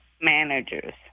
managers